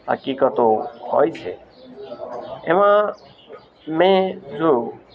હકીકતો હોય છે એમાં મેં જો